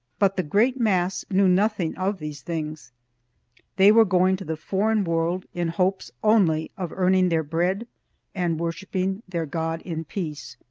but the great mass knew nothing of these things they were going to the foreign world in hopes only of earning their bread and worshiping their god in peace.